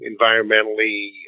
environmentally